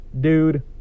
dude